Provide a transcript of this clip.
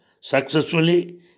successfully